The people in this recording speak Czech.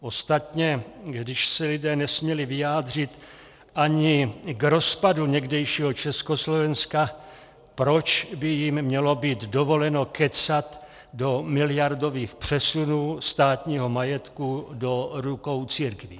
Ostatně když se lidé nesměli vyjádřit ani k rozpadu někdejšího Československa, proč by jim mělo být dovoleno kecat do miliardových přesunů státního majetku do rukou církví?